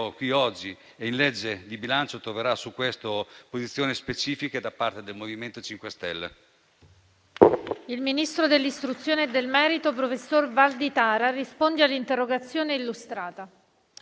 qui oggi. In legge di bilancio troverà su questo posizioni specifiche da parte del MoVimento 5 Stelle.